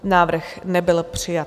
Návrh nebyl přijat.